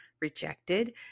rejected